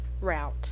route